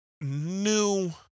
new